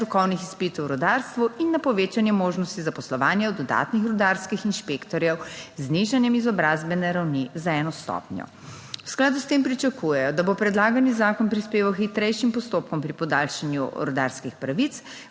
strokovnih izpitov v rudarstvu in na povečanje možnosti zaposlovanja dodatnih rudarskih inšpektorjev z znižanjem izobrazbene ravni za eno stopnjo. V skladu s tem pričakujejo, da bo predlagani zakon prispeval k hitrejšim postopkom pri podaljšanju rudarskih pravic,